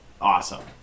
awesome